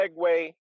segue